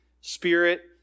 spirit